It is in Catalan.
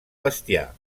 bestiar